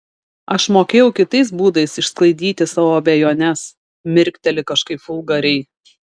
aš mokėjau kitais būdais išsklaidyti savo abejones mirkteli kažkaip vulgariai